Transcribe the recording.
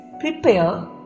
prepare